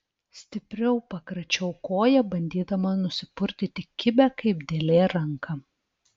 stipriau pakračiau koją bandydama nusipurtyti kibią kaip dėlė ranką